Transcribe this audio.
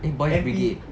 boys brigade